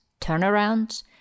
turnarounds